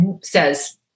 says